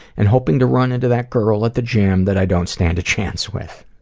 and hoping to run into that girl at the gym that i don't stand a chance with.